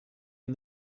and